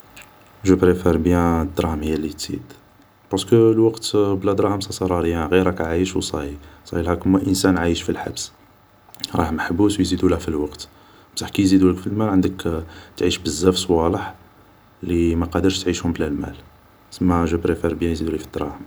جو بريفار بيان الدراهم هي اللي تزيد ، بارسكو الوقت بلا دراهم صا سار ا ريان ، غي راك عايش و صايي ، صاريلها كيما انسان عايش في الحبس ، راه محبوس و يزيدوله في الوقت ، بصح كي يزيدولك في المال عندك تعيش بزاف صوالح اللي ماقادرش تعيشهم بلا المال ، سما جو بريفار بيان يزيدولي في الدراهم